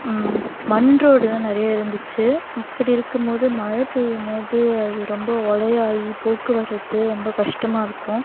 மண் ரோடெலாம் நிறைய இருந்துச்சு அப்படி இருக்கும் போது மழை பெயும் போது அது ரொம்ப ஒலையாய் போக்குவரத்து ரொம்ப கஷ்டமாயிருக்கும்